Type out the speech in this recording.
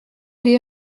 les